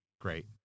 great